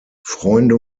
freunde